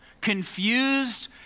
confused